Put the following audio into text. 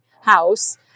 house